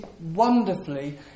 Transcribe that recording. wonderfully